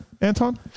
Anton